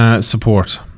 support